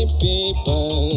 people